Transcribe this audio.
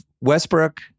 Westbrook